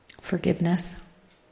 forgiveness